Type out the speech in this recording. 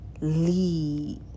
lead